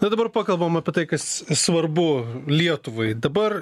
na dabar pakalbam apie tai kas svarbu lietuvai dabar